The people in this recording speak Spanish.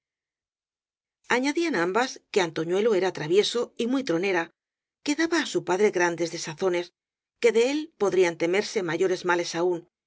hermanos añadían ambas que antoñuelo era travieso y muy tronera que daba á su padre grandes desazo nes que de él podían temerse mayores males aún y